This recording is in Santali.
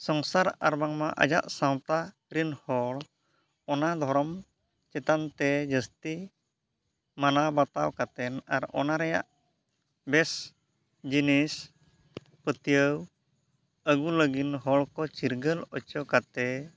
ᱥᱚᱝᱥᱟᱨ ᱟᱨᱵᱟᱝᱢᱟ ᱟᱡᱟᱜ ᱥᱟᱶᱛᱟ ᱨᱮᱱ ᱦᱚᱲ ᱚᱱᱟ ᱫᱷᱚᱨᱚᱢ ᱪᱮᱛᱟᱱ ᱛᱮ ᱡᱟᱹᱥᱛᱤ ᱢᱟᱱᱟᱣ ᱵᱟᱛᱟᱣ ᱠᱟᱛᱮᱫ ᱟᱨ ᱚᱱᱟ ᱨᱮᱭᱟᱜ ᱵᱮᱥ ᱡᱤᱱᱤᱥ ᱯᱟᱹᱛᱭᱟᱹᱣ ᱟᱹᱜᱩ ᱞᱟᱹᱜᱤᱫ ᱦᱚᱲ ᱠᱚ ᱪᱤᱨᱜᱟᱹᱞ ᱦᱚᱪᱚ ᱠᱟᱛᱮᱫ